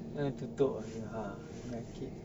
tutup aja lah